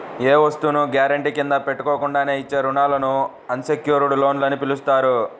ఏ వస్తువును గ్యారెంటీ కింద పెట్టకుండానే ఇచ్చే రుణాలను అన్ సెక్యుర్డ్ లోన్లు అని పిలుస్తారు